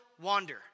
wander